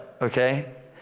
Okay